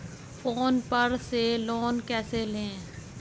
Phone पर से loan कैसे लें?